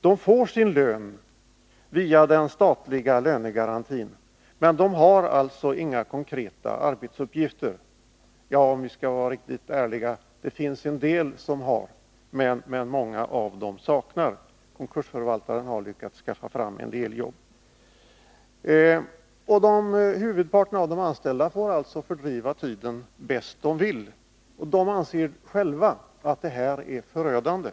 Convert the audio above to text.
De får sin lön via den statliga lönegarantin, men de har alltså inga konkreta arbetsuppgifter. Ja, om jag skall vara riktigt ärlig, skall jag väl säga att en del har det, eftersom konkursförvaltaren har lyckats skaffa fram en del jobb. Men många av dem saknar alltså jobb. Huvudparten av de anställda får fördriva tiden bäst de vill, och de anser själva att det är förödande.